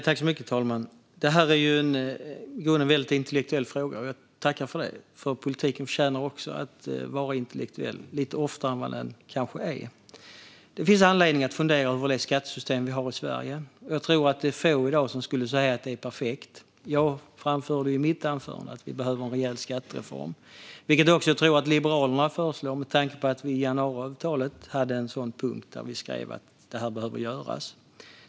Herr talman! Detta är en i grunden väldigt intellektuell fråga, och jag tackar för det. Politiken förtjänar också att vara intellektuell lite oftare än vad den kanske är. Det finns anledning att fundera över det skattesystem vi har i Sverige, och jag tror att det är få i dag som skulle säga att det är perfekt. Jag framförde i mitt anförande att vi behöver en rejäl skattereform, vilket jag tror att också Liberalerna föreslår med tanke på att vi i januariavtalet hade en punkt där vi skrev att detta behöver göras.